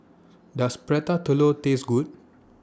Does Prata Telur Taste Good